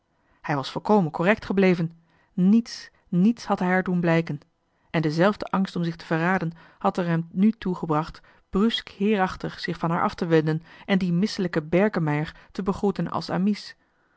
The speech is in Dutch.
hij was volkomen correct gebleven niets niets had hij haar doen blijken en dezelfde angst om zich te verraden had nu hem er toe gebracht bruusk heerachtig zich van haar af te wenden en dien misselijken berkemeier te begroeten als